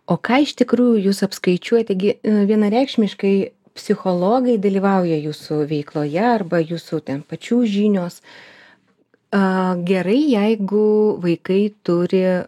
o ką iš tikrųjų jūs apskaičiuojat gi vienareikšmiškai psichologai dalyvauja jūsų veikloje arba jūsų pačių žinios aaa gerai jeigu vaikai turi